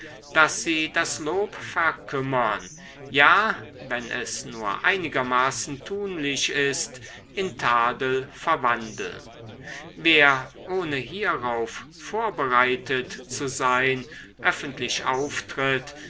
daß sie das lob verkümmern ja wenn es nur einigermaßen tunlich ist in tadel verwandeln wer ohne hierauf vorbereitet zu sein öffentlich auftritt